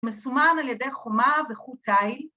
‫מסומן על ידי חומה וחוט תיל.